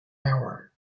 hour